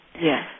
Yes